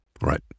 Right